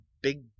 big